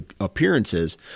appearances